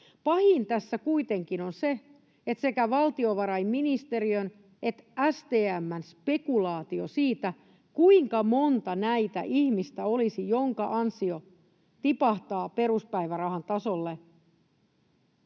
Pahin tässä kuitenkin on se, että sekä valtiovarainministeriön että STM:n spekulaatio siitä, kuinka monta olisi näitä ihmisiä, joiden ansio tipahtaa peruspäivärahan tasolle,